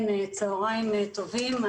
צהריים טובים.